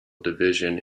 division